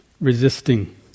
resisting